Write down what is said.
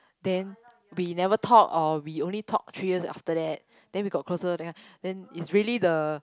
then we never talk or we only talk three years after that then we got close that kind then it's really the